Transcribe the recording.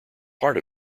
part